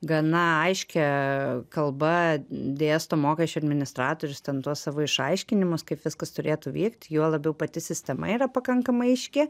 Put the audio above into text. gana aiškia kalba dėsto mokesčių administratorius ten tuos savo išaiškinimus kaip viskas turėtų vykt juo labiau pati sistema yra pakankamai aiški